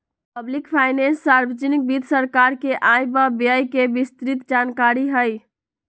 public finance सार्वजनिक वित्त सरकार के आय व व्यय के विस्तृतजानकारी हई